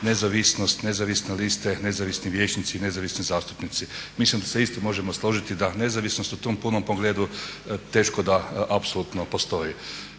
nezavisnost, nezavisne liste, nezavisni vijećnici, nezavisni zastupnici. Mislim da se isto možemo složiti da nezavisnost u tom punom pogledu teško da apsolutno postoji.